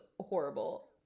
horrible